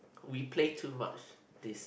we play too much this